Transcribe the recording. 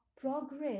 progress